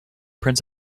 prince